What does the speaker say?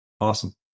Awesome